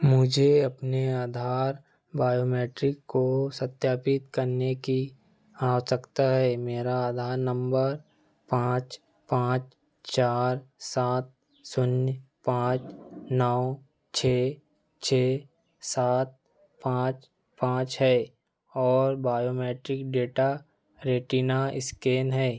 मुझे अपने आधार बायोमैट्रिक को सत्यापित करने की आवश्यकता है मेरा आधार नंबर पाँच पाँच चार सात शून्य पाँच नौ छः छः सात पाँच पाँच है और बायोमैट्रिक डेटा रेटिना इस्केन है